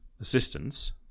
assistance